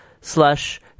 slash